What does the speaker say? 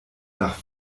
nach